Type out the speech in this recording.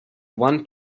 one